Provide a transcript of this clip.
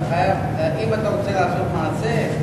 אם אתה רוצה לעשות מעשה,